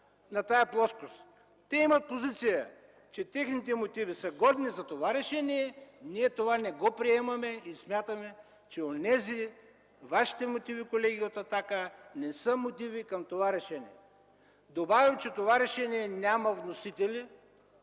на тази плоскост. Те имат позиция, че техните мотиви са годни за това решение. Ние не го приемаме и смятаме, че вашите мотиви, колеги от „Атака”, не са мотиви към това решение. Добавям, че това решение няма вносители.